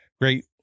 great